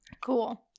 Cool